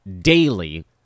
daily